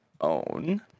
own